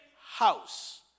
house